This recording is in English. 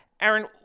aaron